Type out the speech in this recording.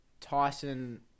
Tyson